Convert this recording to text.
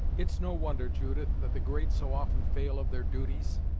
it's no wonder, judith, that the great so often fail of their duties,